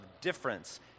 difference